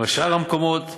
אבל שאר המקומות,